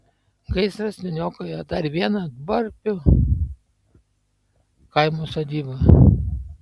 gaisras nuniokojo dar vieną duorpių kaimo sodybą